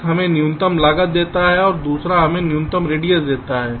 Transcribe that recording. एक हमें न्यूनतम लागत देता है और दूसरा हमें न्यूनतम रेडियस देता है